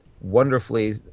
wonderfully